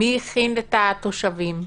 מי הכין את התושבים?